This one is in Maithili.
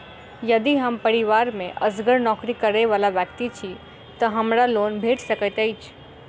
यदि हम परिवार मे असगर नौकरी करै वला व्यक्ति छी तऽ हमरा लोन भेट सकैत अछि?